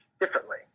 differently